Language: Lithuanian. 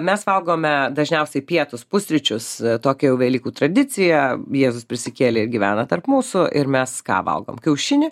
mes valgome dažniausiai pietus pusryčius tokia jau velykų tradicija jėzus prisikėlė gyvena tarp mūsų ir mes ką valgom kiaušinį